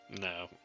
No